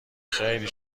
خیلی